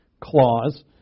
clause